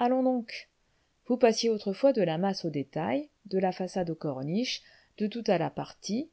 allons donc vous passiez autrefois de la masse aux détails de la façade aux corniches du tout à la partie